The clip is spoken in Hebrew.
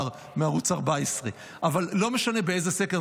מערוץ 14. אבל לא משנה באיזה סקר,